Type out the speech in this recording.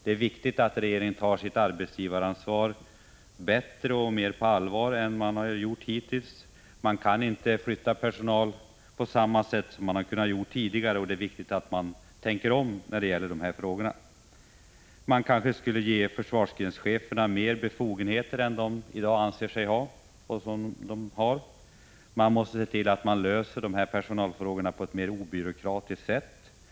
Det är viktigt att regeringen tar sitt arbetsgivaransvar mer på allvar än den har gjort hittills. Man kan inte flytta personal på samma sätt som man har kunnat göra tidigare, och det är viktigt att tänka om när det gäller dessa frågor. Men kanske skulle försvarsgrenscheferna få större befogenheter än de har i dag. Man måste se till att lösa personalfrågorna på ett mer obyråkratiskt sätt än 51 nu.